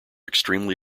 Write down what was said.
extremely